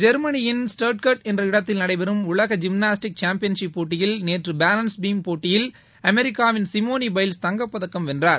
ஜெர்மனியின் ஸ்டட்கார்ட் என்ற இடத்தில் நடைபெறும் உலக ஜிம்னாஸ்டிக் சாம்பியன்ஷிப் போட்டியில் நேற்று பேலன்ஸ் பீம் போட்டியில் அமெரிக்காவின் சிமோன் எபல்ஸ் தங்கப் பதக்கம் வென்றார்